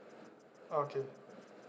okay